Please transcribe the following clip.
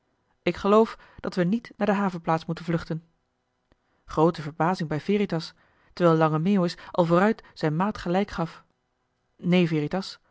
ik geloof dat we niet naar de havenplaats moeten vluchten groote verbazing bij veritas terwijl lange meeuwis al vooruit zijn maat gelijk gaf neen